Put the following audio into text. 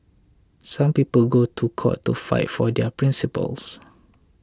some people go to court to fight for their principles